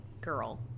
girl